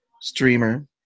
streamer